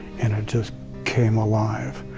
and it just came alive.